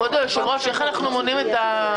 שהם ידווחו לוועדה איך הם מעבירים את זה.